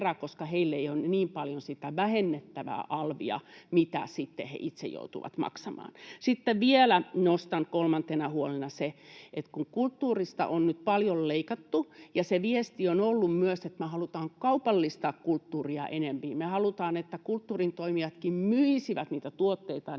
koska heillä ei ole niin paljon sitä vähennettävää alvia kuin mitä he itse joutuvat maksamaan. Sitten vielä nostan kolmantena huolena sen, että kun kulttuurista on nyt paljon leikattu ja se viesti on ollut myös, että me halutaan kaupallistaa kulttuuria enempi, me halutaan, että kulttuurin toimijatkin myisivät niitä tuotteitaan